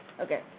Okay